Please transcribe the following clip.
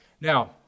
Now